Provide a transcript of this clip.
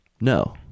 no